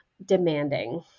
demanding